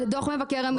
דוח מבקר המדינה?